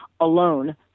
alone